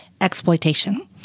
exploitation